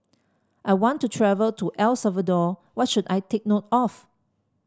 I want to travel to El Salvador What should I take note of